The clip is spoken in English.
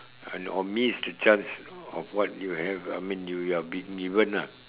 and or miss the chance of what you have I mean you you've been given ah